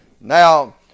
Now